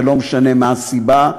ולא משנה מה הסיבה,